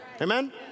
Amen